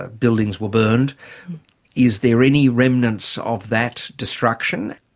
ah buildings were burned is there any remnants of that destruction?